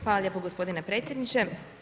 Hvala lijepo gospodine predsjedniče.